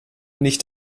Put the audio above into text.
nicht